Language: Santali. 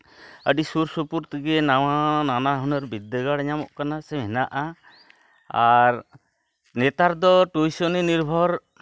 ᱟᱹᱰᱤ ᱥᱩᱨ ᱥᱩᱯᱩᱨ ᱛᱮᱜᱮ ᱱᱟᱣᱟ ᱱᱟᱱᱟ ᱦᱩᱱᱟᱹᱨ ᱵᱤᱫᱽᱫᱟᱹᱜᱟᱲ ᱧᱟᱢᱚᱜ ᱠᱟᱱᱟ ᱥᱮ ᱦᱮᱱᱟᱜᱼᱟ ᱟᱨ ᱱᱮᱛᱟᱨ ᱫᱚ ᱴᱤᱭᱩᱥᱚᱱᱤ ᱱᱤᱨᱵᱷᱚᱨ